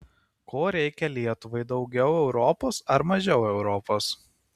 ko reikia lietuvai daugiau europos ar mažiau europos